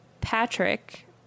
Patrick